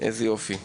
ועשו ניסוי מצחיק: